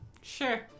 Sure